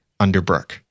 Underbrook